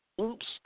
oops